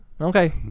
okay